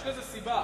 יש לזה סיבה.